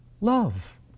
love